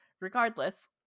regardless